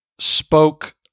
spoke